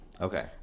okay